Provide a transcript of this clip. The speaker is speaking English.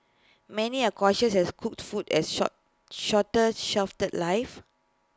many are cautious as cooked food has short shorter shelf The Life